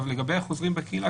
לגבי החוזרים בקהילה,